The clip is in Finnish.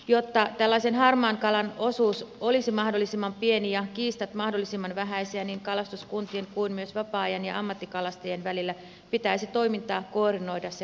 jotta tällaisen harmaan kalan osuus olisi mahdollisimman pieni ja kiistat mahdollisimman vähäisiä pitäisi niin kalastuskuntien kuin vapaa ajan ja ammattikalastajien välillä toimintaa koordinoida sekä valvoa